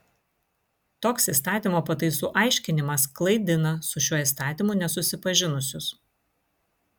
toks įstatymo pataisų aiškinimas klaidina su šiuo įstatymu nesusipažinusius